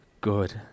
good